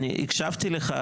אני הקשבתי לך,